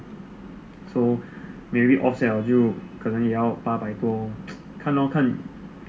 so maybe offset liao 就可能也要八百多看 lor 看